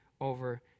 over